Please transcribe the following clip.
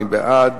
מי בעד?